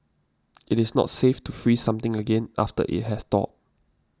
it is not safe to freeze something again after it has thawed